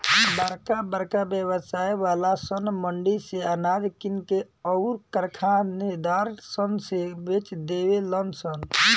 बरका बरका व्यवसाय वाला सन मंडी से अनाज किन के अउर कारखानेदार सन से बेच देवे लन सन